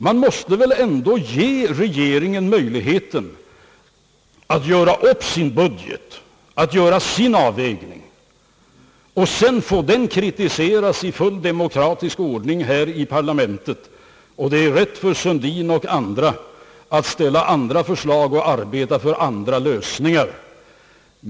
Man måste väl ändå ge regeringen möjlighet att göra upp sin budget och att göra sin avvägning. Sedan får regeringens förslag kritiseras i full demokratisk ordning här i parlamentet. Herr Sundin och andra ledamöter har då rätt att ställa egna förslag och arbeta för egna lösningar.